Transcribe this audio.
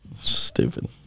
Stupid